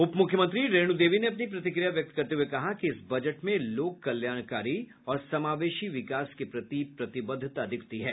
उपमुख्यमंत्री रेणु देवी ने अपनी प्रतिक्रिया व्यक्त करते हुए कहा कि इस बजट में लोक कल्याणकारी और समावेशी विकास के प्रति प्रतिबद्धता दिखती है